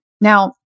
Now